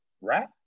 right